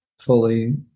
fully